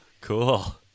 Cool